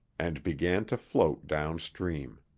and began to float downstream.